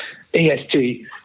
EST